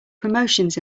promotions